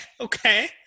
Okay